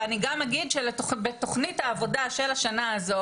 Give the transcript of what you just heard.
ואני גם אגיד שבתוכנית העבודה של השנה הזו